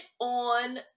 on